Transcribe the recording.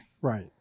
Right